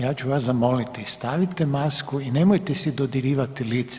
Ja ću vas zamoliti, stavite masku i nemojte si dodirivati lice.